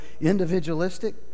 individualistic